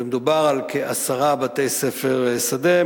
ומדובר על כעשרה בתי-ספר שדה,